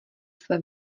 své